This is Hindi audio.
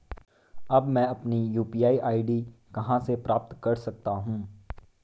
अब मैं अपनी यू.पी.आई आई.डी कहां से प्राप्त कर सकता हूं?